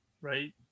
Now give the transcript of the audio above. right